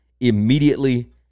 immediately